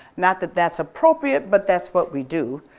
not that that's appropriate but that's what we do,